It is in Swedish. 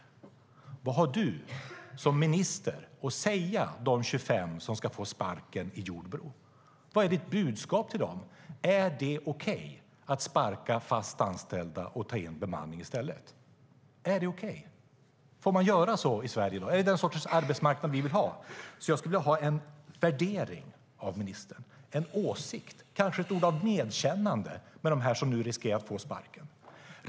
Elisabeth Svantesson, vad har du som minister att säga till de 25 som ska få sparken i Jordbro? Vad är ditt budskap till dem? Är det okej att sparka fast anställda och ta in bemanning i stället? Är det okej? Får man göra så i Sverige i dag? Är det den sortens arbetsmarknad vi vill ha? Jag skulle vilja ha en värdering av ministern, en åsikt, kanske ett ord av medkännande med dem som nu riskerar att få sparken.